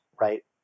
right